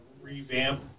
revamp